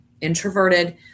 introverted